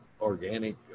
organic